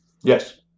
Yes